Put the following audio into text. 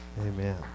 amen